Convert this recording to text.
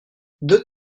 deux